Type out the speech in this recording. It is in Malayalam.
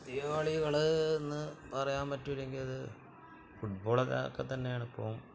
പുതിയ കളികള് എന്ന് പറയാമ്പറ്റൂല്ലെങ്കില് അത് ഫുട്ബോളൊക്കെ തന്നെയാണ് ഇപ്പോള്